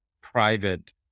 private